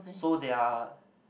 so they're